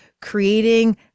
creating